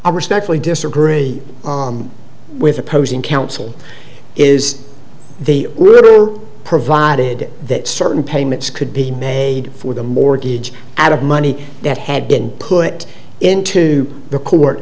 i respectfully disagree with opposing counsel is they were provided that certain payments could be made for the mortgage out of money that had been put into the court